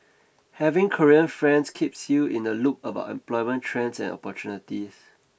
having Korean friends keeps you in the loop about employment trends and opportunities